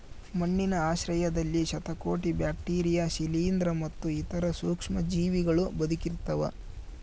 ಮಣ್ಣಿನ ಆಶ್ರಯದಲ್ಲಿ ಶತಕೋಟಿ ಬ್ಯಾಕ್ಟೀರಿಯಾ ಶಿಲೀಂಧ್ರ ಮತ್ತು ಇತರ ಸೂಕ್ಷ್ಮಜೀವಿಗಳೂ ಬದುಕಿರ್ತವ